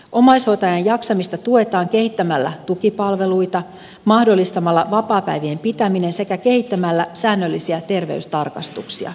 omaishoitajan jaksamista tuetaan kehittämällä tukipalveluita mahdollistamalla vapaapäivien pitäminen sekä kehittämällä säännöllisiä terveystarkastuksia